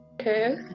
Okay